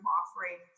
offering